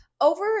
Over